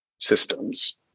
systems